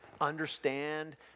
understand